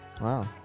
Wow